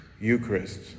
Eucharist